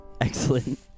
Excellent